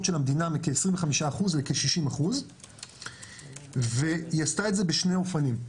של המדינה מכ-25% לכ-60% והיא עשתה את זה בשני אופנים.